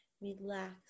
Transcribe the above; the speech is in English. relax